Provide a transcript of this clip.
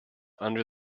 under